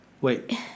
Wait